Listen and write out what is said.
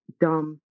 dumb